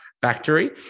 factory